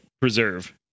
preserve